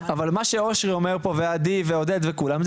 אבל מה שאושרי אומר פה ועדי ועודד וכולם,